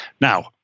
Now